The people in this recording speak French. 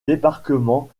débarquement